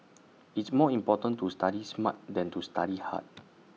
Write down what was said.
it's more important to study smart than to study hard